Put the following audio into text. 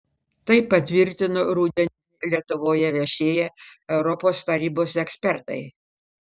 tai patvirtino rudenį lietuvoje viešėję europos tarybos ekspertai